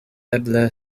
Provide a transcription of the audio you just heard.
eble